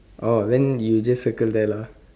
orh then you just circle there lah